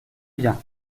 bien